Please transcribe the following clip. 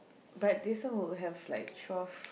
but this one will have like twelve